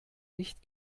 nicht